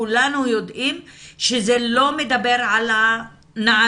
כולנו יודעים שזה לא מדבר על הנערות.